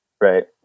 Right